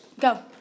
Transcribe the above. go